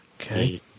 Okay